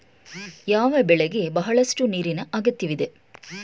ಯಾವ ಬೆಳೆಗೆ ಬಹಳಷ್ಟು ನೀರಿನ ಅಗತ್ಯವಿದೆ?